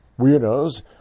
weirdos